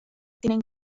tienen